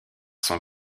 sont